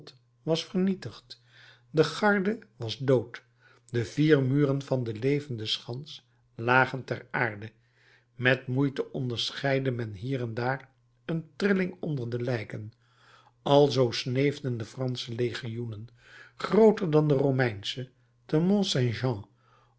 was vernietigd de garde was dood de vier muren van de levende schans lagen ter aarde met moeite onderscheidde men hier en daar een trilling onder de lijken alzoo sneefden de fransche legioenen grooter dan de romeinsche